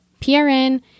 PRN